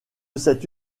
cette